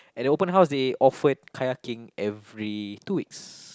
at the open house they offered kayaking every two weeks